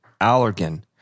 Allergan